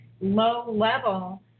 low-level